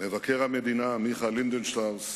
מבקר המדינה מיכה לינדנשטראוס,